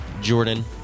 Jordan